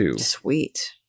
Sweet